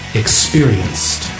experienced